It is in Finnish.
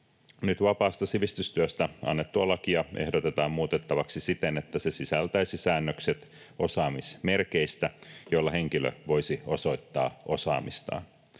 Nyt vapaasta sivistystyöstä annettua lakia ehdotetaan muutettavaksi siten, että se sisältäisi säännökset osaamismerkeistä, joilla henkilö voisi osoittaa osaamistaan.